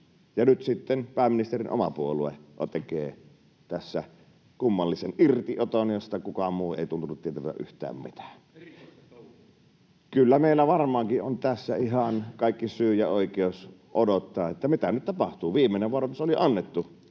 nyt sitten pääministerin oma puolue tekee tässä kummallisen irtioton, josta kukaan muu ei tuntunut tietävän yhtään mitään. [Mauri Peltokangas: Erikoista touhua!] Kyllä meillä varmaankin on tässä ihan kaikki syy ja oikeus odottaa, mitä nyt tapahtuu. Viimeinen varoitus oli jo annettu,